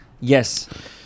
Yes